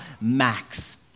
Max